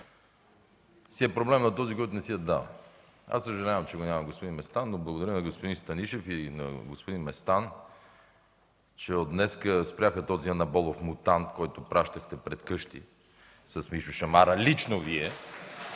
си е проблем на този, който не си я дава. Съжалявам, че го няма господин Местан, но благодаря на господин Станишев и на господин Местан, че от днес спряха този анаболен мутант, който пращахте пред къщи с Мишо Шамара, лично Вие,